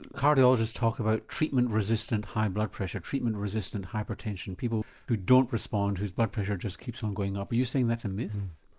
cardiologists talk about treatment-resistant high blood pressure, treatment-resistant hypertension, people who don't respond, whose blood pressure just keeps on going up, are you saying that's a myth?